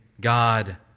God